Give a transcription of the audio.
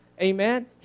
Amen